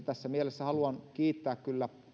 tässä mielessä haluan kiittää kyllä